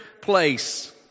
place